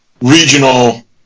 regional